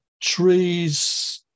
trees